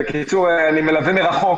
אני מלווה מרחוק